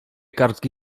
kartki